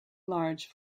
large